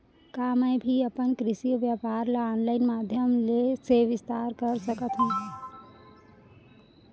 का मैं भी अपन कृषि व्यापार ल ऑनलाइन माधयम से विस्तार कर सकत हो?